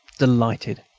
delighted.